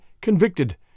convicted